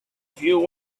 few